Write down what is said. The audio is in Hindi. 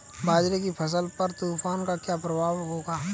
बाजरे की फसल पर तूफान का क्या प्रभाव होगा?